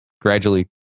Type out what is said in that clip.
gradually